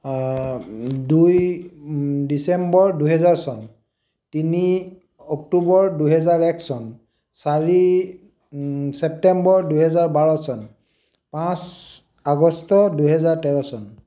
দুই ডিচেম্বৰ দুহেজাৰ চন তিনি অক্টোবৰ দুহেজাৰ এক চন চাৰি চেপ্তেম্বৰ দুহেজাৰ বাৰ চন পাঁচ আগষ্ট দুহেজাৰ তেৰ চন